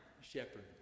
shepherd